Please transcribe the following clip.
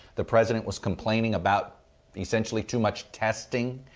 the president was complaining about essentially too much testing.